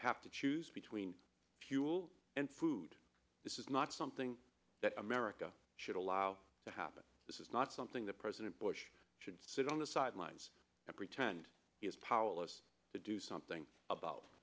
have to choose between fuel and food this is not something that america should allow to happen this is not something that president bush should sit on the sidelines and pretend he is powerless to do something about